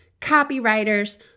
copywriters